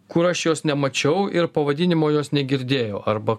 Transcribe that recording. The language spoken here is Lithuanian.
kur aš jos nemačiau ir pavadinimo jos negirdėjau arba